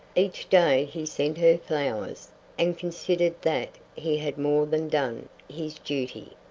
each day he sent her flowers and considered that he had more than done his duty.